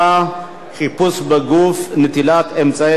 חיפוש בגוף ונטילת אמצעי זיהוי) (תיקון,